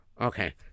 okay